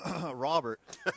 Robert